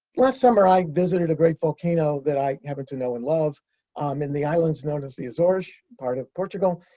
last summer, i visited a great volcano that i happen to know and love um in the islands known as the azores, part of portugal.